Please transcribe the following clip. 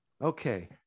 Okay